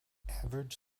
average